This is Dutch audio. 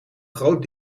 groot